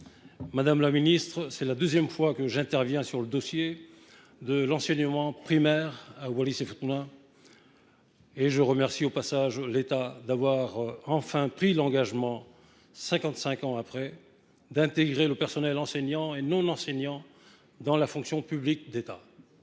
Madame la ministre, c’est la deuxième fois que j’interviens sur le dossier de l’enseignement primaire à Wallis et Futuna. Je remercie l’État d’avoir enfin pris l’engagement, cinquante cinq ans plus tard, d’intégrer le personnel enseignant et non enseignant dans la fonction publique d’État.